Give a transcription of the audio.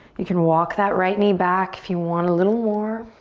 you can walk that right knee back if you want a little more.